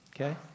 Okay